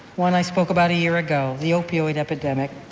one i spoke about a year ago, the opioid epidemic.